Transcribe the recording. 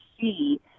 see